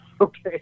Okay